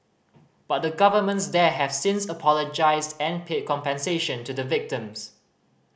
but the governments there have since apologised and paid compensation to the victims